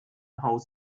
haus